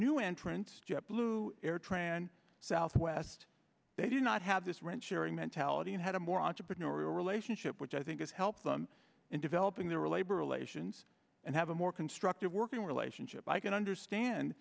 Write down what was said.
new entrants jet blue air tran southwest they did not have this rent sharing mentality and had a more entrepreneurial relationship which i think is helped them in developing their relay burleson's and have a more constructive working relationship i can understand